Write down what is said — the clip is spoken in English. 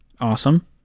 awesome